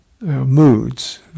moods